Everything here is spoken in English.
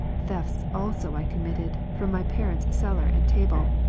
thefts also i committed, from my parents' cellar and table,